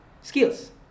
skills